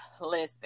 listen